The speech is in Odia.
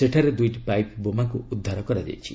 ସେଠାରେ ଦୁଇଟି ପାଇପ୍ ବୋମାକୁ ଉଦ୍ଧାର କରାଯାଇଛି